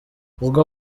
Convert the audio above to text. ubwo